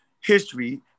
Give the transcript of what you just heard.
history